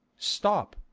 stop,